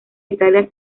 italia